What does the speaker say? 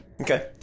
Okay